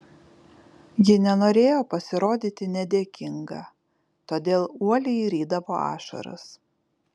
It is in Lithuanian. ji nenorėjo pasirodyti nedėkinga todėl uoliai rydavo ašaras